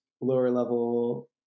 lower-level